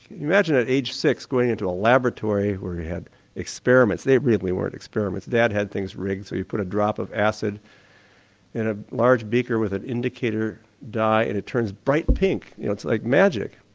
imagine at age six going into a laboratory where we had experiments. they really weren't experiments, dad had things rigged so he'd put a drop of acid in a large beaker with an indicator dye and it turns bright pink you know, it's like magic.